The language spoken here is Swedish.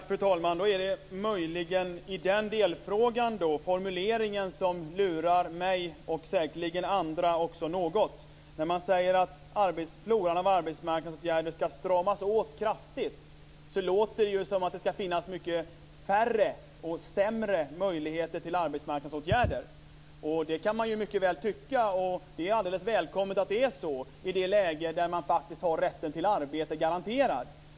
Fru talman! Då är det möjligen formuleringen som lurar mig och säkerligen också andra något. När man säger att floran av arbetsmarknadsåtgärder ska stramas åt kraftigt, låter det ju som om det ska finnas mycket färre och sämre möjligheter till arbetsmarknadsåtgärder. Det kan man ju mycket väl tycka, och det är alldeles välkommet att det är så för dem som faktiskt har rätten till arbete garanterad.